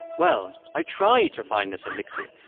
well, i tried to find this elixir,